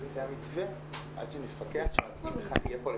בימים האחרונים יו"ר התאחדות הסטודנטים יחד עם